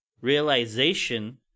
realization